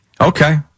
Okay